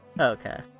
Okay